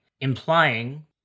implying